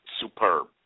superb